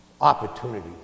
Opportunity